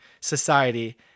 society